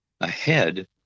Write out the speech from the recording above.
ahead